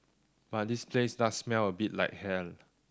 but this place does smell a bit like hell